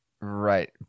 Right